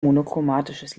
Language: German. monochromatisches